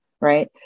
right